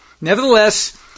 Nevertheless